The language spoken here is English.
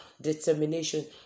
determination